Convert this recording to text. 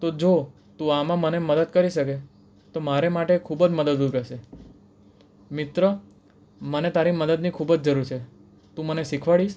તો જો તું આમાં મને મદદ કરી શકે તો મારે માટે ખૂબ જ મદદરૂપ રહેશે મિત્ર મને તારી મદદની ખૂબ જ જરૂર છે તું મને શિખવાડીશ